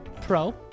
pro